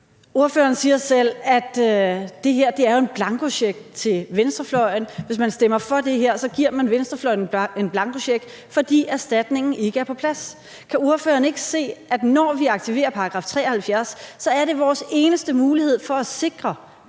Ordføreren siger jo selv, at det her er en blankocheck til venstrefløjen, at man, hvis man stemmer for det her, giver venstrefløjen en blankocheck, fordi erstatningen ikke er på plads. Kan ordføreren ikke se, at når vi aktiverer § 73, er det vores eneste mulighed for at sikre,